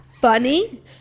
funny